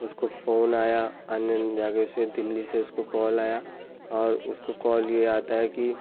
उसको फोन आया अन्नोन जगह से दिल्ली से उसको कल आया और उसको कल ये आता है कि